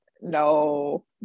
no